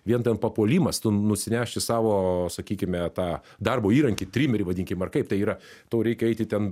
vien ten papuolimas nusinešti savo sakykime tą darbo įrankį trimerį vadinkim ar kaip tai yra tau reikia eiti ten